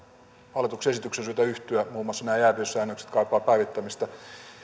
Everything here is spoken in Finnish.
hallituksen esitykseen on syytä yhtyä muun muassa nämä jääviyssäännökset kaipaavat päivittämistä